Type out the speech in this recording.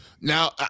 Now